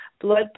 Blood